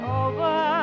over